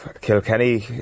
Kilkenny